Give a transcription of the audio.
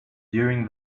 during